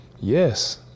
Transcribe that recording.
Yes